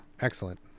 Excellent